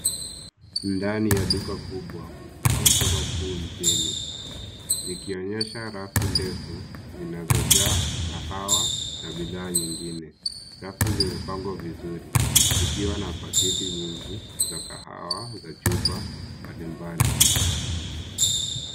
Ndani ya duka kubwa au soko kuu nchini zikionyesha rafu ndefu zilizo jaa kahawa na bidhaa nyingine. Rafu zimepangwa vizuri zikiwa na pakiti nyingi za kahawa za chupa mbalimbali.